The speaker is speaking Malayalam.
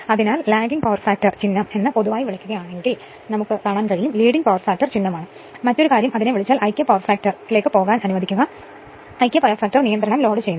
അതിനാൽ ലാഗിംഗ് പവർ ഫാക്ടർ ചിഹ്നം എന്ന് പൊതുവായി വിളിക്കുകയാണെങ്കിൽ ലീഡിംഗ് പവർ ഫാക്ടർ ചിഹ്നമാണ് മറ്റൊരു കാര്യം അതിനെ വിളിച്ചാൽ ഐക്യ പവർ ഫാക്ടർ എന്നെ അതിലേക്ക് പോകാൻ അനുവദിക്കുക ഐക്യ പവർ ഫാക്ടർ നിയന്ത്രണം ലോഡുചെയ്യുന്നു